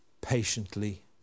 patiently